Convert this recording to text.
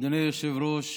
אדוני היושב-ראש,